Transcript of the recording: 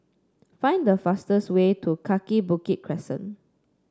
find the fastest way to Kaki Bukit Crescent